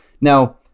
Now